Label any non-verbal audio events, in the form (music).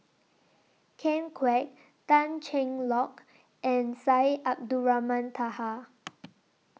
Ken Kwek Tan Cheng Lock and Syed Abdulrahman Taha (noise)